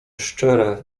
szczere